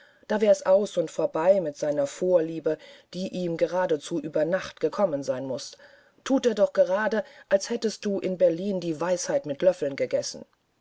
da wär's aus und vorbei mit seiner vorliebe die ihm geradezu über nacht gekommen sein muß thut er doch gerade als hättest du in berlin die weisheit mit löffeln gegessen